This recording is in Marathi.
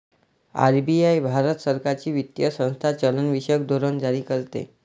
आर.बी.आई भारत सरकारची वित्तीय संस्था चलनविषयक धोरण जारी करते